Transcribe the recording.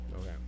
Okay